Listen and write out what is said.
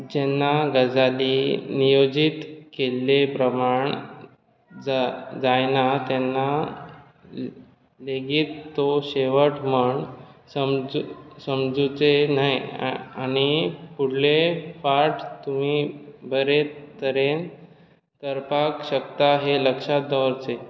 जेन्ना गजाली नियोजीत केल्ले प्रमाण जायना तेन्ना लेगीत तो शेवट म्हण सम समजूचे न्हय आनी फुडले फावट तुमी बरे तरेन करपाक शकता हें लक्षांत दवरचे